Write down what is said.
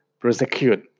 prosecute